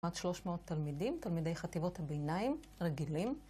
300 תלמידים, תלמידי חטיבות הביניים רגילים